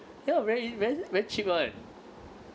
ya very very very cheap [one]